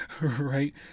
right